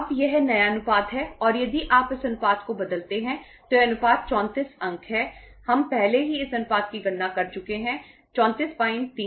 अब यह नया अनुपात है और यदि आप इस अनुपात को बदलते हैं तो यह अनुपात 34 अंक है हम पहले ही इस अनुपात की गणना कर चुके हैं 343